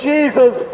Jesus